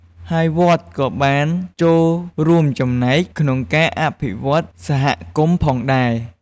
ហើយវត្តក៏បានចូលរួមចំណែកក្នុងការអភិវឌ្ឍន៍សហគមន៍ផងដែរ។